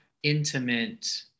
intimate